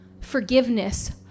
forgiveness